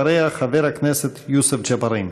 אחריה, חבר הכנסת יוסף ג'בארין.